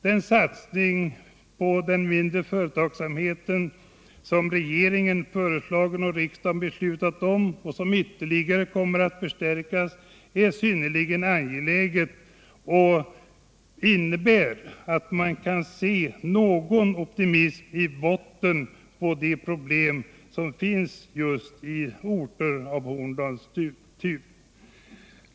Den satsning på den mindre företagsamheten som regeringen föreslagit och riksdagen beslutat om och som ytterligare kommer att förstärkas är synnerligen angelägen. Detta gör att det ändå i botten kan finnas en optimistisk ton även i orter av Horndals typ.